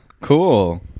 cool